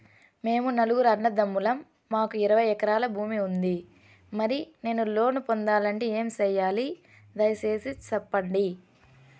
మేము నలుగురు అన్నదమ్ములం మాకు ఇరవై ఎకరాల భూమి ఉంది, మరి నేను లోను పొందాలంటే ఏమి సెయ్యాలి? దయసేసి సెప్పండి?